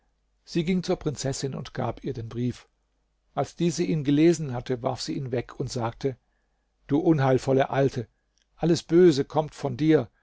sie ging zur prinzessin und gab ihr den brief als diese ihn ganz gelesen hatte warf sie ihn weg und sagte du unheilvolle alte alles böse kommt von dir